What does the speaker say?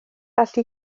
allu